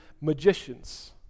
magicians